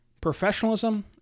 professionalism